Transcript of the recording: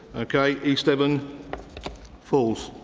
ok, east devon falls.